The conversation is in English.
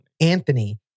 Anthony